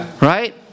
Right